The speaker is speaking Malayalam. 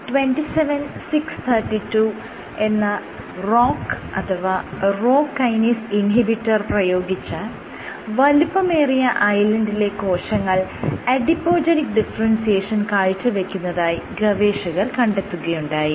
Y27632 എന്ന ROCK അഥവാ Rho കൈനേസ് ഇൻഹിബിറ്റർ പ്രയോഗിച്ച വലുപ്പമേറിയ ഐലൻഡിലെ കോശങ്ങൾ അഡിപോജെനിക് ഡിഫറെൻസിയേഷൻ കാഴ്ചവെക്കുന്നതായി ഗവേഷകർ കണ്ടെത്തുകയുണ്ടായി